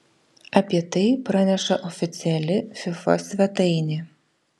apie tai praneša oficiali fifa svetainė